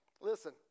Listen